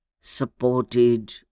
supported